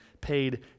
paid